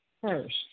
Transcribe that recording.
first